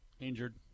Injured